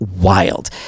wild